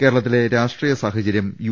കേരളത്തിലെ രാഷ്ട്രീയ സാഹ ചര്യം യു